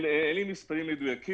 אין לי מספרים מדויקים.